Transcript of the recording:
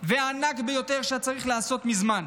והענק ביותר, שהיה צריך להיעשות מזמן,